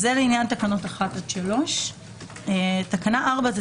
זה לעניין תקנות 1-3. תקנה 4 זאת